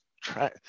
try